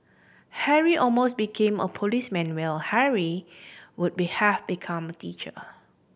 Harry almost became a policeman while Henry would be have become a teacher